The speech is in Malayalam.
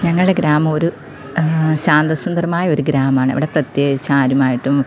ഞങ്ങളുടെ ഗ്രാമമൊരു ശാന്ത സുന്ദരമായ ഒരു ഗ്രാമമാണ് അവിടെ പ്രത്യേകിച്ച് ആരുമായിട്ടും